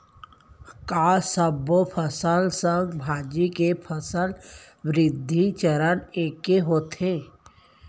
का सबो फसल, साग भाजी के फसल वृद्धि चरण ऐके होथे?